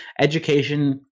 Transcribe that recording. education